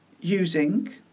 using